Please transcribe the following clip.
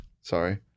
Sorry